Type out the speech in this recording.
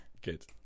good